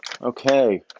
Okay